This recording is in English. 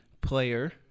player